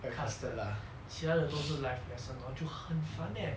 casted 其他的都是 live lesson lor 就很烦 eh